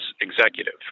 executive